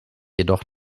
jedoch